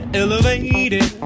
elevated